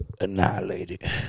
Annihilated